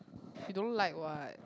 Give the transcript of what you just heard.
you don't like what